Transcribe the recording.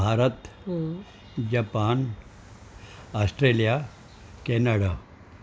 Bharat Japan Australia Canada